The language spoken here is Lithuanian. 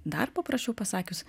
dar paprasčiau pasakius